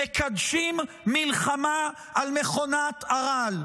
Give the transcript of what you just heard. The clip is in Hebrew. מקדשים מלחמה על מכונת הרעל,